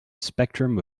spectrum